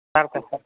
சரத்தா sir